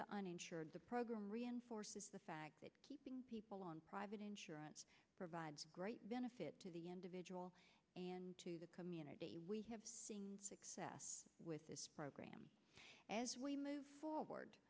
the uninsured the program reinforces the fact that keeping people on private insurance provides a great benefit to the individual and to the community we have seen success with this program as we move forward